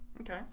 Okay